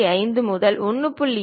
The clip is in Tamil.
5 முதல் 1